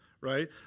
right